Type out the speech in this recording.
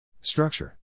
Structure